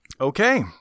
Okay